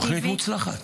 תוכנית מוצלחת.